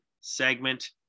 segment